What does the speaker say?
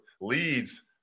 Leads